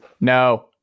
no